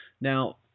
now